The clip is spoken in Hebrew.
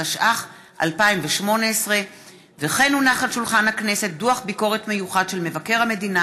התשע"ח 2018. דוח ביקורת מיוחד של מבקר המדינה